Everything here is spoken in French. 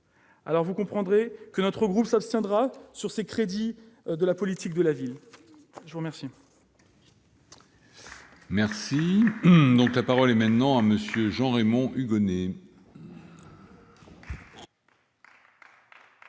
Vous comprendrez que notre groupe s'abstiendra sur les crédits de la politique de la ville. La parole